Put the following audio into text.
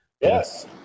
Yes